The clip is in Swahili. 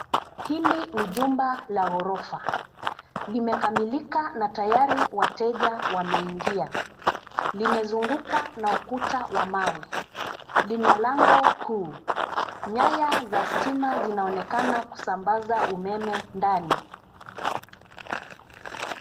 Hili ni jumba la gorofa. Limekamilika na tayari wateja wameingia. Limezungukwa na ukuta wa mawe. Lina lango kuu. Nyaya za stima zinaonekana kusambaza umeme ndani.